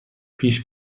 پیش